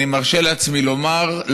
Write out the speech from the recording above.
אני מרשה לעצמי לומר,